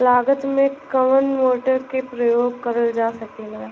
लागत मे कवन मोटर के प्रयोग करल जा सकेला?